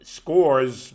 scores